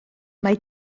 mae